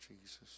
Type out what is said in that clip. Jesus